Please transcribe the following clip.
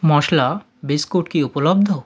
মশলা biscuit কি উপলব্ধ